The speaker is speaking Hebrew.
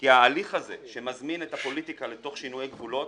כי ההליך הזה שמזמין את הפוליטיקה לתוך שינויי גבולות